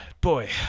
boy